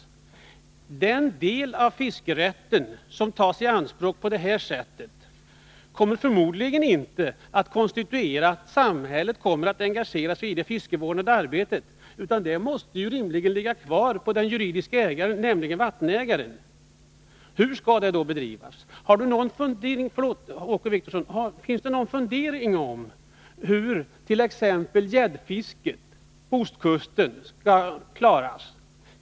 För den del av fiskerätten som tas i = anspråk på detta sätt kommer förmodligen inte samhället att engagera sigi Skilda fiskefrågor det fiskevårdande arbetet, utan det måste rimligen ligga kvar på den juridiska | ägaren, dvs. vattenägaren. Men hur skall det arbetet bedrivas? Finns det t.ex. någon fundering om hur gäddfisket på ostkusten skall klaras?